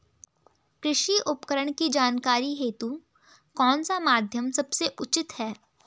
कृषि उपकरण की जानकारी हेतु कौन सा माध्यम सबसे उचित है?